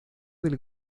del